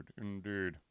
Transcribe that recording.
Indeed